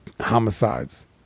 homicides